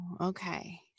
Okay